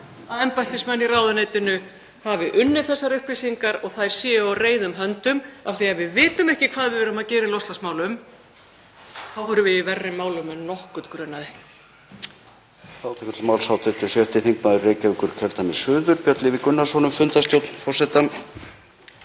að embættismenn í ráðuneytinu hafi unnið þessar upplýsingar og þær séu á reiðum höndum. Af því að ef við vitum ekki hvað við erum að gera í loftslagsmálum þá erum við í verri málum en nokkurn grunaði.